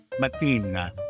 Matina